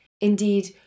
Indeed